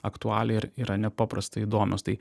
aktualiai ir yra nepaprastai įdomios tai